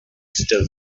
still